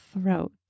throat